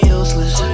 useless